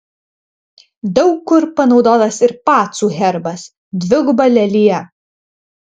daug kur panaudotas ir pacų herbas dviguba lelija